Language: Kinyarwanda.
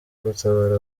gutabara